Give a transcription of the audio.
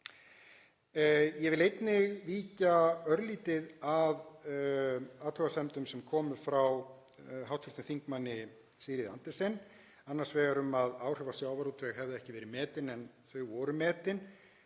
Ég vil einnig víkja örlítið að athugasemdum sem komu frá hv. þm. Sigríði Andersen, annars vegar um að áhrif á sjávarútveg hefðu ekki verið metin. Þau voru metin.